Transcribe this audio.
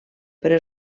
però